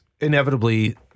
Inevitably